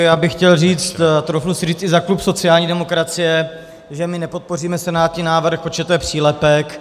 Já bych chtěl říci, troufnu si říci za klub sociální demokracie, že my nepodpoříme senátní návrh, protože to je přílepek.